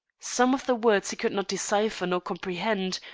some of the words he could not decipher nor comprehend,